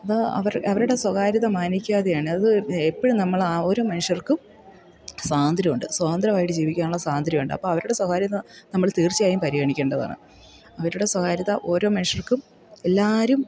അപ്പോൾ അവർ അവരുടെ സ്വകാര്യത മാനിക്കാതെയാണ് അത് എപ്പോഴും നമ്മൾ ആ ഓരോ മനുഷ്യർക്കും സ്വാതന്ത്ര്യമുണ്ട് സ്വതന്ത്രമായിട്ട് ജീവിക്കാനുള്ള സ്വാതന്ത്ര്യമുണ്ട് അപ്പോൾ അവരുടെ സ്വകാര്യത നമ്മൾ തീർച്ഛയായും പരിഗണിക്കേണ്ടതാണ് അവരുടെ സ്വകാര്യത ഓരോ മനുഷ്യർക്കും എല്ലാവരും